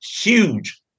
huge